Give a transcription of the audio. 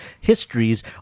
histories